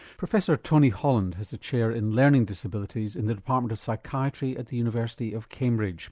professor tony holland has a chair in learning disabilities in the department of psychiatry at the university of cambridge.